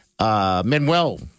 Manuel